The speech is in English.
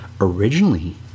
originally